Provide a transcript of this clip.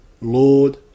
Lord